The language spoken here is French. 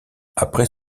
après